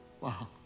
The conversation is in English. wow